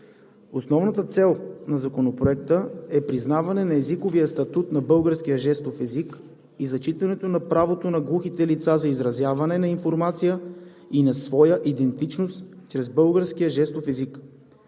Основната цел на Законопроекта е признаване на езиковия статут на българския жестов език и зачитането на правото на глухите лица на изразяване на информация и на своя идентичност чрез българския жестов език.